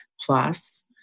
plus